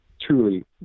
truly